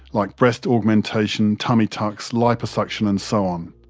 like breast augmentation, tummy tucks, liposuction and so on.